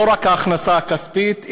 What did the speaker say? לא רק ההכנסה הכספית,